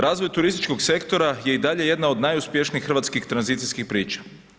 Razvoj turističkog sektora je i dalje jedna od najuspješnijih hrvatskih tranzicijskih priča.